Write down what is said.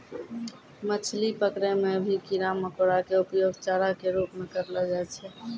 मछली पकड़ै मॅ भी कीड़ा मकोड़ा के उपयोग चारा के रूप म करलो जाय छै